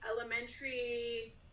elementary